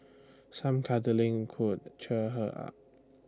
some cuddling could cheer her up